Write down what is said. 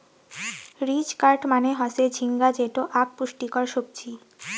ridge gourd মানে হসে ঝিঙ্গা যেটো আক পুষ্টিকর সবজি